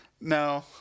No